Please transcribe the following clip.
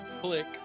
Click